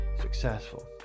successful